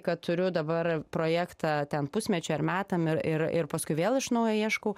kad turiu dabar projektą ten pusmečiui ar metam ir ir ir paskui vėl iš naujo ieškau